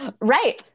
right